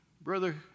Brother